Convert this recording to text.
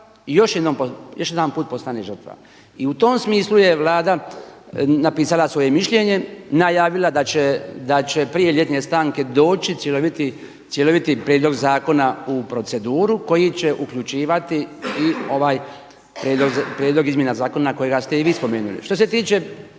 još jedanput postane žrtva. I u tom smislu je Vlada napisala svoje mišljenje, najavila da će prije ljetne stanke doći cjeloviti prijedlog zakona u proceduru koji će uključivati i ovaj prijedlog izmjena zakona kojega ste i vi spomenuli. Što se tiče